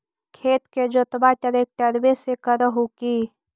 खेत के जोतबा ट्रकटर्बे से कर हू की?